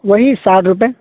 وہی ساٹھ روپے